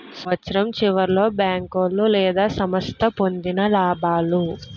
సంవత్సరం సివర్లో బేంకోలు లేదా సంస్థ పొందిన లాబాలు